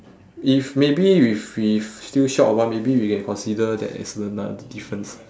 if maybe with we still short of one maybe we can consider that as another difference